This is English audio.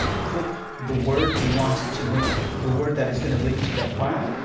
click the word you want to link the word that is going to link to that file.